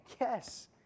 Yes